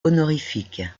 honorifique